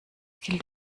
gilt